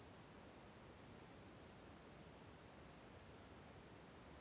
Bank ಬಡ್ಡಿಗೂ ಪರ್ಯಾಯ ಬಡ್ಡಿಗೆ ಏನು ವ್ಯತ್ಯಾಸವಿದೆ?